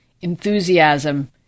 enthusiasm